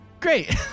great